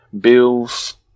Bills